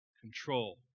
control